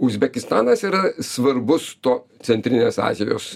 uzbekistanas yra svarbus to centrinės azijos